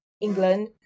England